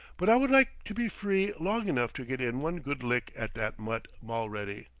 but i would like to be free long enough to get in one good lick at that mutt, mulready.